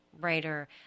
writer